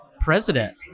president